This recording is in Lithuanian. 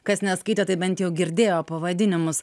kas neskaitė tai bent jau girdėjo pavadinimus